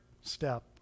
step